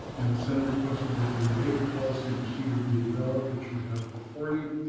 and the senate requested that a related policy procedure be developed, which you have before you.